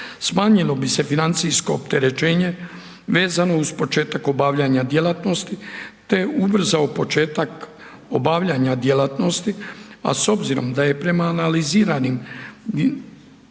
smanjilo bi se financijsko opterećenje vezano uz početak obavljanja djelatnosti, te ubrzao početak obavljanja djelatnosti. A s obzirom da je prema analiziranim podacima